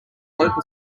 local